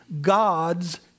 God's